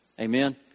Amen